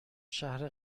شهر